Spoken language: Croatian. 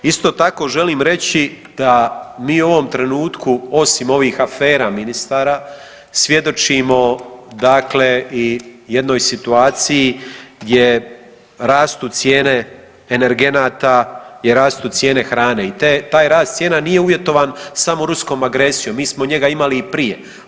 Isto također, želim reći da mi u ovom trenutku, osim ovih afera ministara svjedočimo dakle i jednoj situaciji gdje rastu cijene energenata i rastu cijene hrane i taj rast cijena nije uvjetovan samo ruskom agresijom, mi smo njega imali i prije.